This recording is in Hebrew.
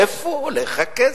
איפה הולך הכסף?